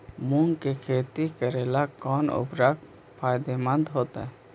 मुंग के खेती करेला कौन उर्वरक फायदेमंद होतइ?